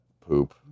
poop